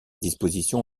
dispositions